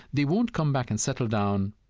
they won't come back and settle down,